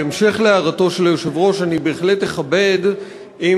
בהמשך להערתו של היושב-ראש אני בהחלט אכבד אם